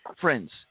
friends